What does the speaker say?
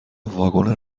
واگن